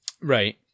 right